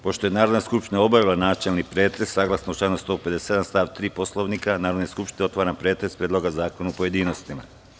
Pošto je Narodna skupština obavila načelni pretres, saglasno članu 157. stav 3. Poslovnika Narodne skupštine, otvaram pretres predloga zakona u pojedinostima.